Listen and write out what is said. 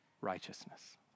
righteousness